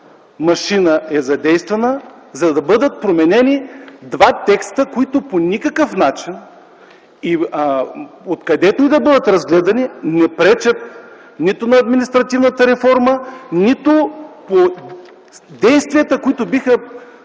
машина е задействана, за да бъдат променени два текста, които по никакъв начин, откъдето и да бъдат разгледани, не пречат нито на административната реформа, нито по действията, които биха